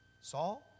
Saul